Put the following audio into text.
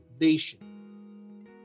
nation